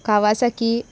Kawasaki